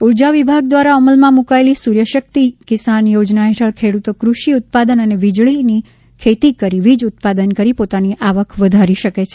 ઉર્જા વિભાગ દ્વારા અમલમાં મુકાયેલી સૂર્ય શકિત કિશાન યોજના હેઠળ ખેડૂતો કૃષિ ઉત્પાદન સાથે વીજળીની ખેતી કરી વીજ ઉત્પાદન કરીને પોતાની આવક વધારી શકે છે